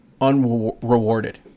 unrewarded